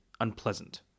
unpleasant